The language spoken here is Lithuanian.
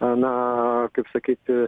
na kaip sakyti